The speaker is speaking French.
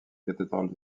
cathédrale